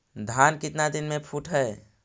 धान केतना दिन में फुट है?